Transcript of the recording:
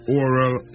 oral